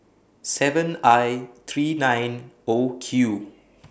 seven I three nine O Q